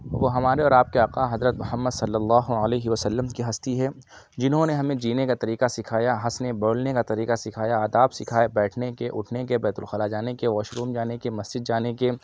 وہ ہمارے اور آپ کے آقا حضرت محمد صلی اللہ علیہ وسلم کی ہستی ہے جنہوں نے ہمیں جینے کا طریقہ سکھایا ہنسنے بولنے کا طریقہ سکھایا آداب سکھائے بیٹھنے کے اُٹھنے کے بیت الخلا جانے کے واش روم جانے کے مسجد جانے کے